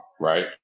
right